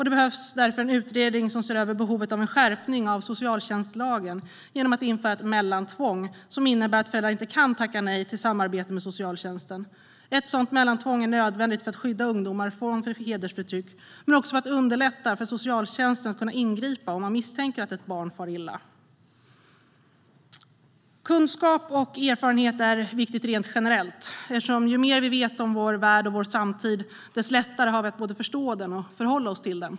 Det behövs därför en utredning för att se över behovet av en skärpning av socialtjänstlagen genom att införa ett mellantvång som innebär att föräldrar inte kan tacka nej till samarbete med socialtjänsten. Ett sådant mellantvång är nödvändigt för att skydda ungdomar från hedersförtryck, men också för att underlätta för socialtjänsten att ingripa om man misstänker att ett barn far illa. Kunskap och erfarenhet är viktigt rent generellt. Ju mer vi vet om vår värld och vår samtid, desto lättare har vi att både förstå den och förhålla oss till den.